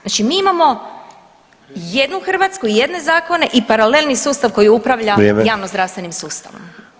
Znači mi imamo jednu Hrvatsku i jedne zakone i paralelni sustav koji upravlja [[Upadica: Vrijeme.]] javnozdravstvenim sustavom.